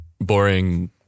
boring